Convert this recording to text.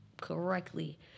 correctly